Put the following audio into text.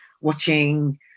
watching